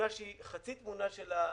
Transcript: חצי תמונה של התוכנית,